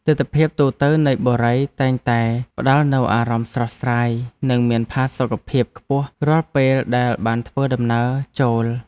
ទិដ្ឋភាពទូទៅនៃបុរីតែងតែផ្តល់នូវអារម្មណ៍ស្រស់ស្រាយនិងមានផាសុកភាពខ្ពស់រាល់ពេលដែលបានធ្វើដំណើរចូល។